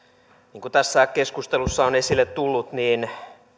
niin kuin tässä keskustelussa on esille tullut